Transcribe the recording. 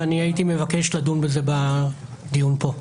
ואני מבקש לדון בזה בדיון פה.